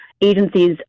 Agencies